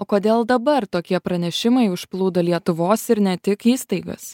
o kodėl dabar tokie pranešimai užplūdo lietuvos ir ne tik įstaigas